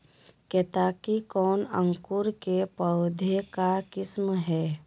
केतकी कौन अंकुर के पौधे का किस्म है?